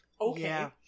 okay